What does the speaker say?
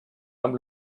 amb